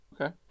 Okay